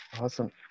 Awesome